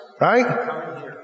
right